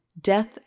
Death